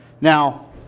Now